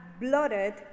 blooded